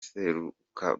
seruka